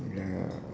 ya